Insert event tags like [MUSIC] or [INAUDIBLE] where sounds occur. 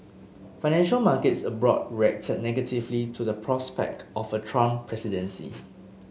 financial markets abroad [UNINTELLIGIBLE] negatively to the prospect of a Trump presidency